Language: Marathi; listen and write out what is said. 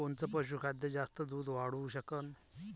कोनचं पशुखाद्य जास्त दुध वाढवू शकन?